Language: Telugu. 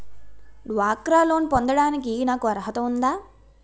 డ్వాక్రా లోన్ పొందటానికి నాకు అర్హత ఉందా?